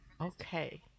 Okay